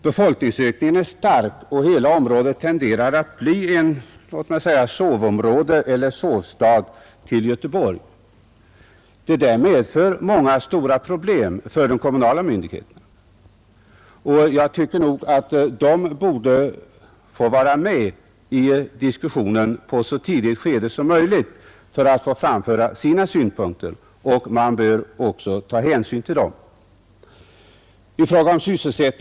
Befolkningsökningen är stark, och hela området tenderar att bli låt mig säga en sovstad till Göteborg. Detta medför många stora problem för de kommunala myndigheterna, och jag tycker att de borde få vara med i diskussionen på ett så tidigt stadium som möjligt för att kunna framföra sina synpunkter. Man bör tillmäta de kommunala synpunkterna i sådana fall den största vikt.